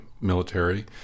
military